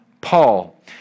Paul